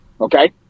okay